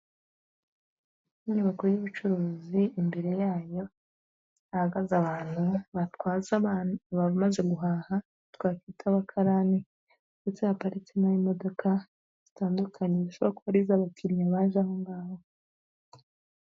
Inyubako y'ubucuruzi, imbere yayo hahagaze abantu batwaza abamaze guhaha twakwita abakarani ndetse haparitse n'aho imodoka zitandukanye zishobora kuba ari iz'abariya baje aho ngaho.